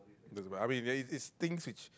doesn't matter I mean there is things which